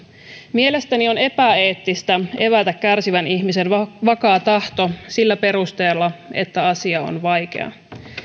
mielestäni on epäeettistä evätä kärsivän ihmisen vakaa tahto sillä perusteella että asia on vaikea